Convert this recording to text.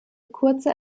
kurze